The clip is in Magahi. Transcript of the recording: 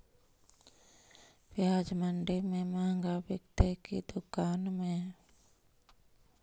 प्याज मंडि में मँहगा बिकते कि दुकान में?